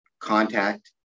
Contact